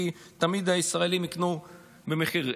כי תמיד הישראלים יקנו במחיר.